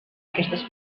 aquestes